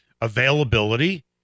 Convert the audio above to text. availability